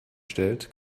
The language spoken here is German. stellt